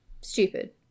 stupid